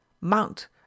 mount